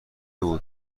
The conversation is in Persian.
بود